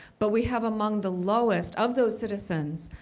but we have among the lowest of those citizens,